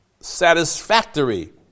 Satisfactory